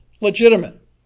legitimate